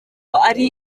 ari